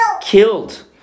killed